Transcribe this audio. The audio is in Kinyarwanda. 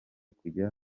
kujya